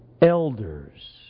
elders